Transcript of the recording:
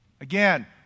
Again